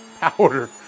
powder